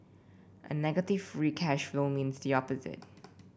a negative free cash flow means the opposite